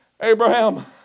Abraham